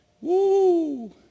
Woo